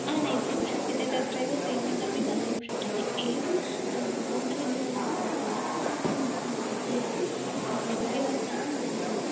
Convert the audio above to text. आनेतुं शक्यते तत्रैव पेमेण्टपि कर्तुं शक्यते एवं तन्त्रज्ञानविकासेन अस्माकं जीवनं परिवर्तनं जातमस्ति